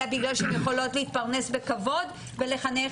אלא בגלל שהן יכולות להתפרנס בכבוד ולחנך